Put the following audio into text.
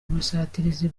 ubusatirizi